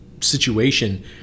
situation